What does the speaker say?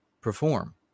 perform